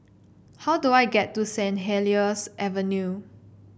how do I get to Saint Helier's Avenue